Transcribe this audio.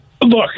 Look